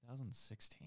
2016